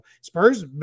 Spurs